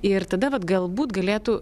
ir tada vat galbūt galėtų